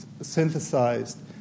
synthesized